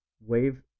wave